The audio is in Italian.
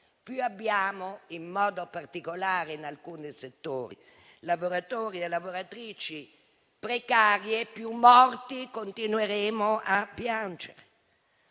Più avremo, in modo particolare in alcuni settori, lavoratori e lavoratrici precari, più morti continueremo a piangere.